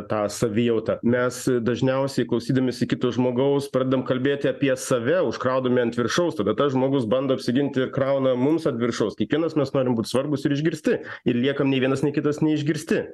tą savijautą mes dažniausiai klausydamiesi kito žmogaus pradedam kalbėti apie save užkraudami ant viršaus tada tas žmogus bando apsiginti ir krauna mums ant viršaus kiekvienas mes norim būt svarbūs ir išgirsti ir liekam nei vienas nei kitas neišgirsti